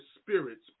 spirits